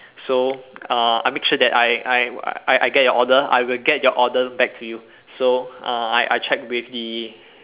so uh I make sure that I I I I get your order I will get your order back to you so uh I I check with the